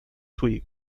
twig